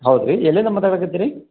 ಹೌದಾ ರೀ ಎಲ್ಲಿಂದ ಮಾತಾಡಕತ್ತಿರಿ